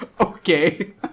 Okay